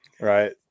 right